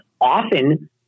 often